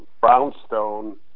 brownstone